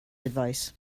advice